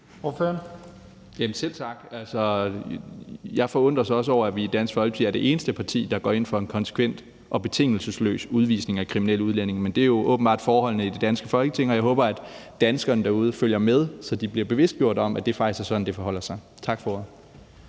(DF): Selv tak. Jeg forundres også over, at vi i Dansk Folkeparti er det eneste parti, der går ind for en konsekvent og betingelsesløs udvisning af kriminelle udlændinge. Men det er jo åbenbart forholdene i det danske Folketing, og jeg håber, at danskerne derude følger med, så de bliver bevidstgjort om, at det faktisk er sådan, det forholder sig. Tak for